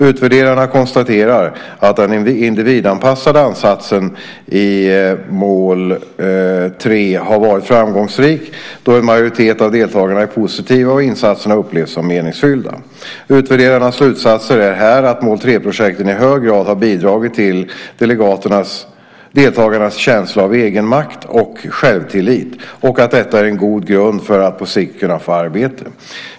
Utvärderarna konstaterar att den individanpassade ansatsen i mål 3 har varit framgångsrik då en majoritet av deltagarna är positiva och insatserna upplevts som meningsfyllda. Utvärderarnas slutsats är här att mål 3-projekten i hög grad har bidragit till deltagares känsla av egenmakt och självtillit och att detta är en god grund för att på sikt kunna få arbete.